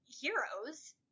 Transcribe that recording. heroes